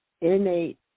innate